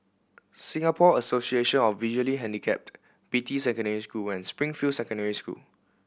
Singapore Association of Visually Handicapped Beatty Secondary School and Springfield Secondary School